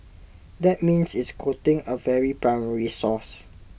that means it's quoting A very primary source